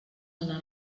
anar